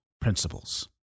principles